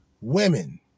women